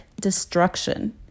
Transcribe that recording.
destruction